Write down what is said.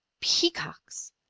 peacocks